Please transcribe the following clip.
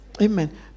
Amen